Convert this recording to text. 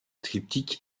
triptyque